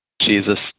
Jesus